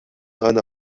eine